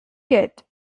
kid